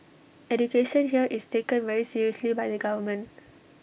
education here is taken very seriously by the government